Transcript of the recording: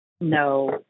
No